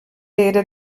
era